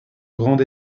grande